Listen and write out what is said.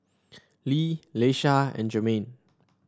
Lee Leisha and Jermain